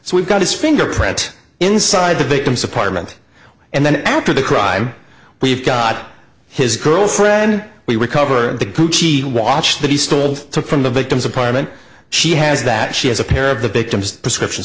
so we've got his fingerprint inside the victim's apartment and then after the crime we've got his girlfriend we recovered the gucci watch that he stole took from the victim's apartment she has that she has a pair of the victim's prescription